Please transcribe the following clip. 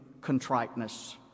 contriteness